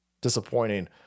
disappointing